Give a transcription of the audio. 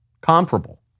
comparable